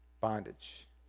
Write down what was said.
bondage